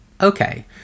Okay